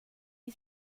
you